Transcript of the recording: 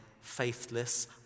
faithless